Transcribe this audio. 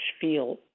feel